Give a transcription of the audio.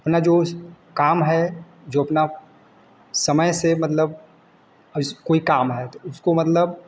अपना जो काम है जो अपना समय से मतलब कोई काम है तो उसको मतलब